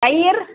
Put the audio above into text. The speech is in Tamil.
தயிர்